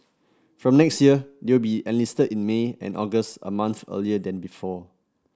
from next year they will be enlisted in May and August a month earlier than before